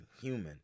human